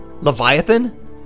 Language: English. leviathan